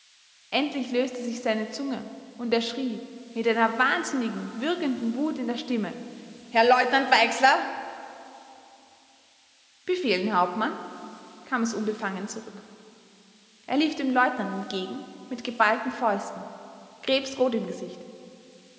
endlich löste sich seine zunge und er schrie mit einer wahnsinnigen würgenden wut in der stimme herr leutnant weixler befehlen herr hauptmann kam es unbefangen zurück er lief dem leutnant entgegen mit geballten fäusten krebsrot im gesicht